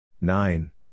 Nine